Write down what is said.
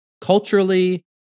culturally